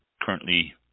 currently